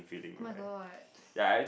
oh-my-god